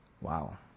Wow